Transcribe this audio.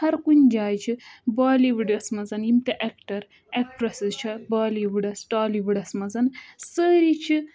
ہر کُنہِ جایہِ چھِ بالی وُڈَس منٛز یِم تہِ ایٚکٹَر ایٚکٹرسِز چھےٚ بالی وُڈَس ٹالی وُڈَس منٛز سٲری چھِ